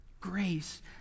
Grace